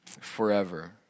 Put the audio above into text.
forever